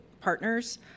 partners